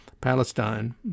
Palestine